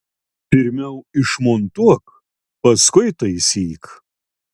pirmiau išmontuok paskui taisyk